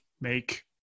make